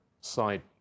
side